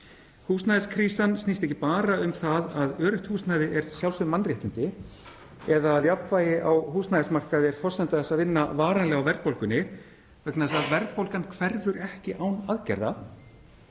Húsnæðiskrísan snýst ekki bara um það að öruggt húsnæði er sjálfsögð mannréttindi eða að jafnvægi á húsnæðismarkaði er forsenda þess að vinna varanlega á verðbólgunni, vegna þess að verðbólgan hverfur ekki án aðgerða.